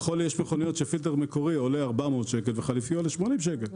יש מכוניות שפילטר מקורי עולה 400 שקל וחליפי עולה 80 שקל.